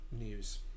news